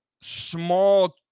small